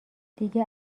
دیگه